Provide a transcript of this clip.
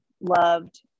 loved